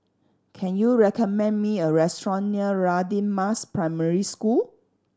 can you recommend me a restaurant near Radin Mas Primary School